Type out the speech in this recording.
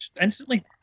Instantly